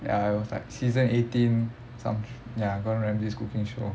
ya it was like season eighteen so ya gordon ramsay's cooking show